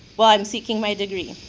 while i'm seeking my degree.